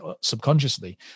subconsciously